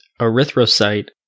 erythrocyte